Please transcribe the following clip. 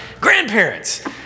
grandparents